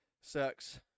Sucks